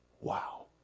Wow